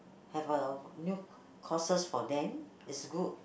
have a new courses for them is good